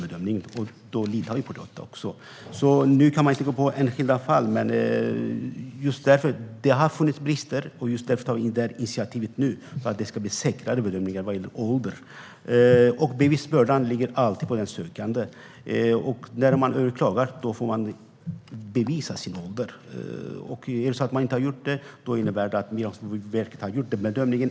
Vi ska inte gå in på enskilda fall, men det har funnits brister. Just därför tar vi detta initiativ, för att det ska göras säkrare bedömningar av ålder. Bevisbördan ligger alltid på den sökande, och när man överklagar får man bevisa sin ålder. Är det så att man inte har gjort det innebär det att Migrationsverket har gjort den bedömningen.